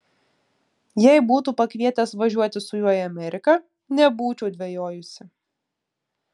jei būtų pakvietęs važiuoti su juo į ameriką nebūčiau dvejojusi